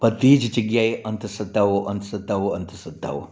બધી જ જગ્યાએ અંધશ્રદ્ધાઓ અંધશ્રદ્ધાઓ અંધશ્રદ્ધાઓ